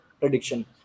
prediction